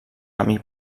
camí